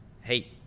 hey